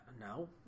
No